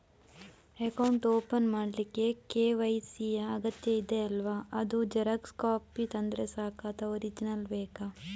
Account open ಮಾಡ್ಲಿಕ್ಕೆ KYC ಯಾ ಅಗತ್ಯ ಇದೆ ಅಲ್ವ ಅದು ಜೆರಾಕ್ಸ್ ಕಾಪಿ ತಂದ್ರೆ ಸಾಕ ಅಥವಾ ಒರಿಜಿನಲ್ ಬೇಕಾ?